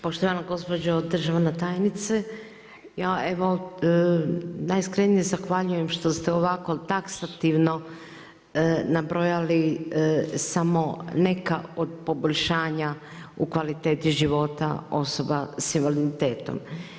Poštovana gospođo državna tajnice, ja evo najiskrenije zahvaljujem što ste ovako taksativno nabrojali samo neka od poboljšanja u kvaliteti života osoba sa invaliditetom.